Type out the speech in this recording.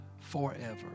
forever